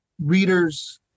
readers